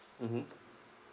mmhmm